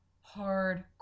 hard